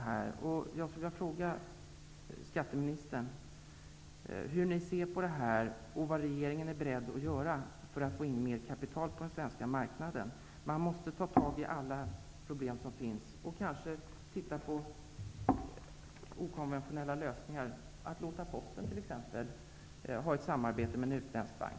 Jag vill därför be om skatteministerns syn på detta och höra vad regeringen är beredd att göra för att få in mer kapital på den svenska marknaden. Man måste ta tag i alla problem som finns och kanske söka okonventionella lösningar, t.ex. att låta Posten ha ett samarbete med en utländsk bank.